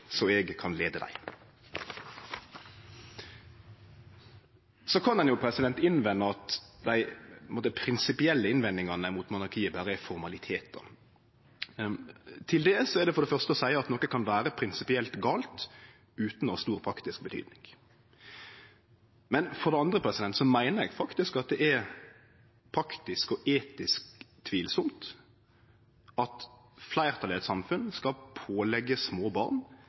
eg kan leie dei. Så kan ein jo innvende at dei på ein måte prinsipielle innvendingane mot monarkiet berre er formalitetar. Til det er det for det første å seie at noko kan vere prinsipielt gale utan å ha stor praktisk betyding. For det andre meiner eg at det er praktisk og etisk tvilsamt at fleirtalet i eit samfunn skal påleggje små barn